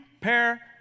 pair